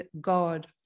God